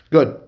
Good